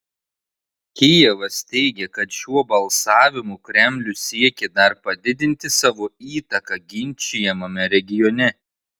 kijevas teigia kad šiuo balsavimu kremlius siekė dar padidinti savo įtaką ginčijamame regione